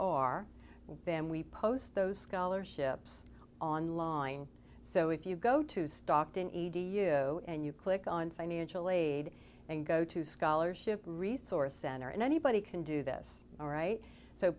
are then we post those scholarships online so if you go to stockton edu and you click on financial aid and go to scholarship resource center and anybody can do this all right so